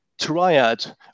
triad